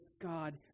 god